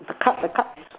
the card the card